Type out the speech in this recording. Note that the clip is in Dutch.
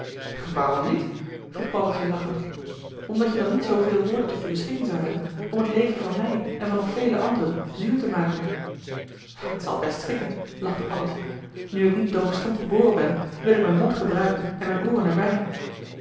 waarom niet vroeg paddeltje lachend omdat je dan niet zooveel woorden tot je beschikking zou hebben om het leven van mij en van nog vele anderen zuur te maken t zal best schikken lachte paddeltje nu ik niet doof stom geboren ben wil ik m'n mond gebruiken en m'n ooren er